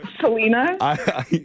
selena